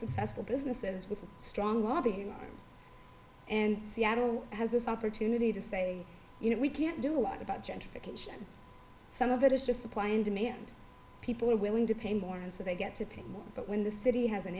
successful businesses with a strong lobby and seattle has this opportunity to say you know we can't do a lot about gentrification some of it is just supply and demand people are willing to pay more and so they get to pay more but when the city has an